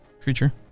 creature